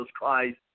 Christ